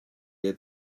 had